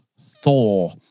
Thor